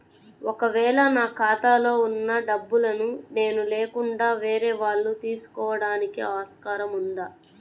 ఒక వేళ నా ఖాతాలో వున్న డబ్బులను నేను లేకుండా వేరే వాళ్ళు తీసుకోవడానికి ఆస్కారం ఉందా?